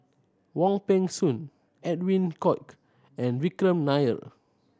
Wong Peng Soon Edwin Koek and Vikram Nair